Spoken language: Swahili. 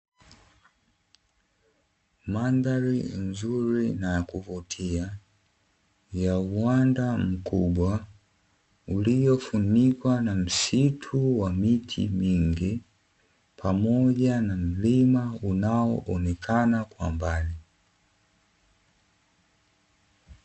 Mandhari nzuri na ya kuvutia ya uwanda mkubwa, uliofunikwa na msitu wa miti mingi pamoja na mlima unaoonekana kwa mbali.